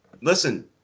Listen